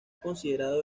considerado